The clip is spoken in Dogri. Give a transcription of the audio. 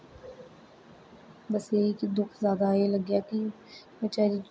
बस इ'यो कि दुख जादा ऐ लग्गेआ कि बचारी